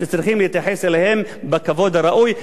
שצריכים להתייחס אליו בכבוד הראוי,